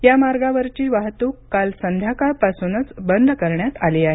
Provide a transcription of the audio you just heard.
या मार्गावरची वाहतून काल संध्याकाळ पासूनच बंद करण्यात आली आहे